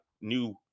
new